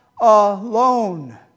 alone